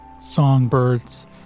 songbirds